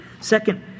Second